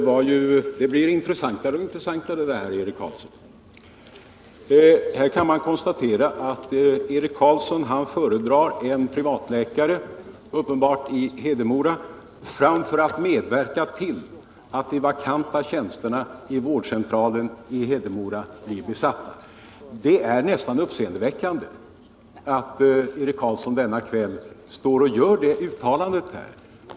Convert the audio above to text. Herr talman! Det här blir allt intressantare. Här kan man konstatera att Eric Carlsson uppenbart föredrar en privatläkare i Hedemora framför att någon av de vakanta tjänsterna vid vårdcentralen i Hedemora blir besatt. Det är nästan uppseendeväckande att Eric Carlsson denna kväll gör det uttalandet.